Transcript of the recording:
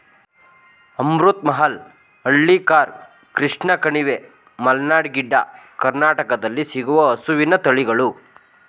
ಅಮೃತ್ ಮಹಲ್, ಹಳ್ಳಿಕಾರ್, ಕೃಷ್ಣ ಕಣಿವೆ, ಮಲ್ನಾಡ್ ಗಿಡ್ಡ, ಕರ್ನಾಟಕದಲ್ಲಿ ಸಿಗುವ ಹಸುವಿನ ತಳಿಗಳು